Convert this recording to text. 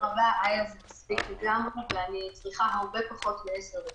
אני צריכה הרבה פחות מעשר דקות.